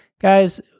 Guys